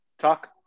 Talk